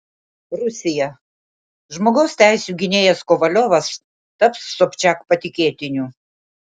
rusija žmogaus teisių gynėjas kovaliovas taps sobčiak patikėtiniu